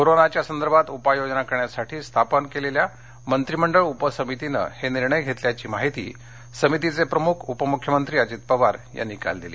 कोरोनाच्यासंदर्भात उपाययोजना करण्यासाठी स्थापन मंत्रिमंडळ उपसमितीने हे निर्णय घेतल्याची माहिती समितीप्रमुख उपमुख्यमंत्री अजित पवार यांनी काल दिली